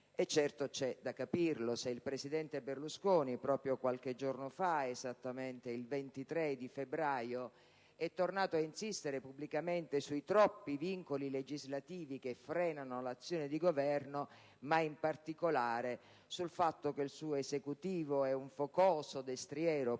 Certo, c'è da capirlo, visto che il presidente Berlusconi, proprio qualche giorno fa, esattamente il 23 febbraio, è tornato ad insistere pubblicamente sui troppi vincoli legislativi che frenano l'azione di governo, ma in particolare sul fatto che il suo Esecutivo è un focoso destriero purosangue